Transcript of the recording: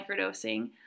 microdosing